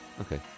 okay